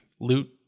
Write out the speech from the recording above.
loot